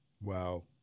Wow